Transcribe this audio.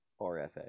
rfa